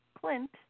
Clint